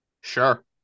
Sure